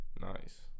Nice